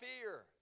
fear